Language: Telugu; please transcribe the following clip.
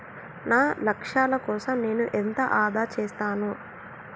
నా లక్ష్యాల కోసం నేను ఎంత ఆదా చేస్తాను?